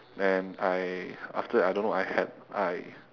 and I after that I don't know I had I